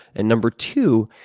and number two,